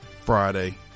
Friday